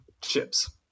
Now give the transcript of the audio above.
chips